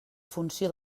funció